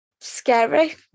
Scary